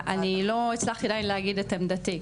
אני לא הצלחתי להגיד עדיין את עמדתי.